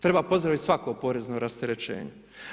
Treba pozdraviti svako porezno rasterećenje.